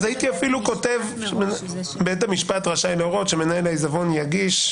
אז הייתי כותב "בית המשפט רשאי להורות שמנהל העיזבון יגיש..."